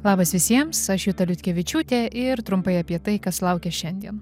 labas visiems aš juta liutkevičiūtė ir trumpai apie tai kas laukia šiandien